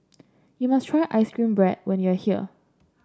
you must try ice cream bread when you are here